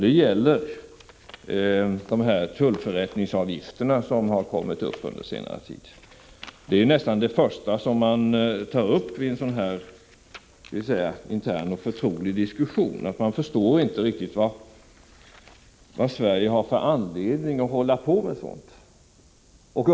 Det gäller de tullförrättningsavgifter som har förts på tal på senare tid. Det är nästan det första som tas upp i en intern och förtrolig diskussion. Man förstår inte riktigt vad Sverige har för anledning att hålla på med sådant.